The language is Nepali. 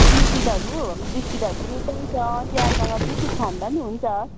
बिल्किटहरू बिस्किटहरू पनि पाउँछ चियासँग बिल्कुट खाँदा पनि हुन्छ